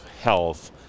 health